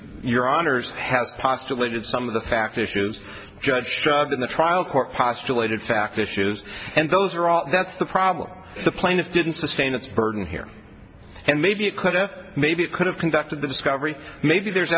your honors has postulated some of the fact issues judge shoved in the trial court postulated fact issues and those are all that's the problem the plaintiff didn't sustain its burden here and maybe it could have maybe it could have conducted the discovery maybe there's